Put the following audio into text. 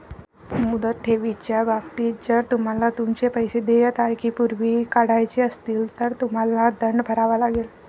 मुदत ठेवीच्या बाबतीत, जर तुम्हाला तुमचे पैसे देय तारखेपूर्वी काढायचे असतील, तर तुम्हाला दंड भरावा लागेल